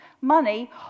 money